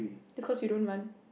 because you don't want